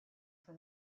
for